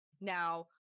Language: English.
now